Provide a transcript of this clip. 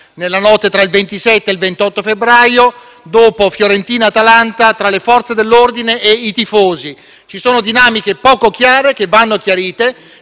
nella notte tra il 27 e il 28 febbraio, dopo la partita Fiorentina-Atalanta, tra le Forze dell'ordine e i tifosi. Ci sono dinamiche poco chiare che vanno chiarite.